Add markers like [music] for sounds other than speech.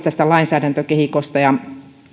[unintelligible] tästä lainsäädäntökehikosta ja